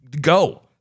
go